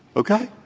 ok?